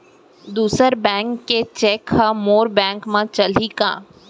दूसर बैंक के चेक ह मोर बैंक म चलही का?